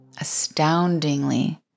astoundingly